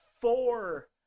four